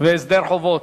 והסדר חובות),